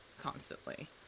constantly